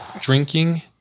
Drinking